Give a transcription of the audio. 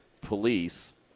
police